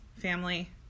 family